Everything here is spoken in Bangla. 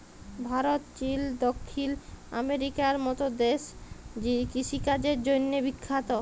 ভারত, চিল, দখ্খিল আমেরিকার মত দ্যাশ কিষিকাজের জ্যনহে বিখ্যাত